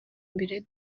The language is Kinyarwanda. imbere